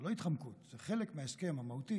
זו לא התחמקות, זה חלק מההסכם המהותי